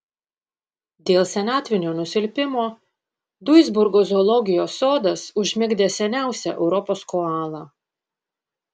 dėl senatvinio nusilpimo duisburgo zoologijos sodas užmigdė seniausią europos koalą